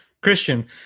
Christian